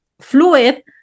fluid